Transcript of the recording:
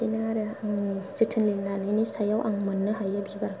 बिदिनो आरो आं जोथोन लानायनि सायाव आं मोननो हायो बिबारखौ